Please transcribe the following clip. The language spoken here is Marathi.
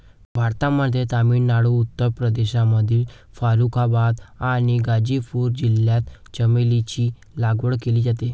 भारतामध्ये तामिळनाडू, उत्तर प्रदेशमधील फारुखाबाद आणि गाझीपूर जिल्ह्यात चमेलीची लागवड केली जाते